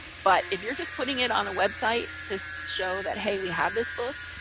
but if you're just putting it on a website to so show that, hey, we have this book,